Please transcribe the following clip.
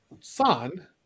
son